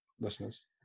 listeners